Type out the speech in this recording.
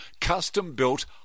custom-built